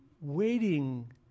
waiting